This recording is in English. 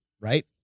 right